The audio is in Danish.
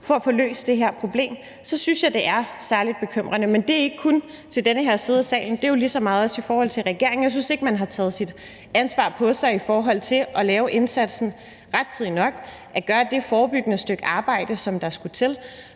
på at få løst det her problem, synes jeg, det er særlig bekymrende. Men det gælder jo ikke kun den her ene side af salen. Det er jo lige så meget også i forhold til regeringen. Jeg synes ikke, man har taget sit ansvar på sig i forhold til at lave indsatsen rettidigt og at lave det forebyggende stykke arbejde, som der skulle til.